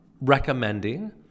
recommending